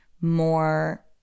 more –